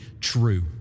true